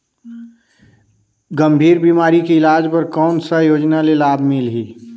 गंभीर बीमारी के इलाज बर कौन सा योजना ले लाभ मिलही?